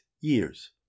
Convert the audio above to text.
years